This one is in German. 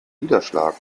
niederschlag